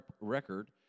record